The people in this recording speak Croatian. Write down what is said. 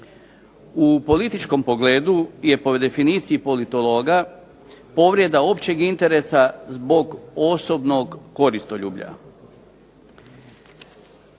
U političkom pogledu je po definiciji politologa povreda općeg interesa zbog osobnog koristoljublja.